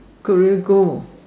Korea go